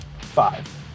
five